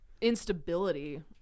instability